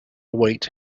await